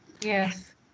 Yes